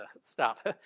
Stop